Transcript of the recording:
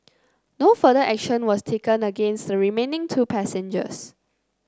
no further action was taken against the remaining two passengers